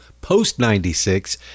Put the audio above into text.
post-96